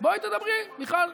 בואי תדברי, מיכל.